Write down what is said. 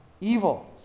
evil